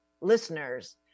listeners